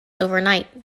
overnight